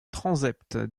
transept